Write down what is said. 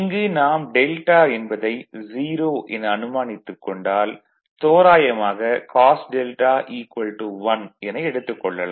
இங்கு நாம் δ என்பதை 0 என அனுமானித்துக் கொண்டால் தோராயமாக cos δ 1 என எடுத்துக் கொள்ளலாம்